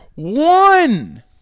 One